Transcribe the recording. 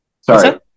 Sorry